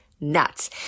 nuts